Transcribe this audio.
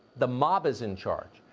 the mob is in charge.